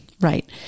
Right